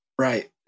Right